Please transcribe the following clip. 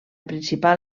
principal